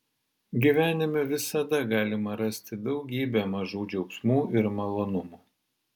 gyvenime visada galima rasti daugybę mažų džiaugsmų ir malonumų